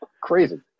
crazy